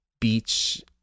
beach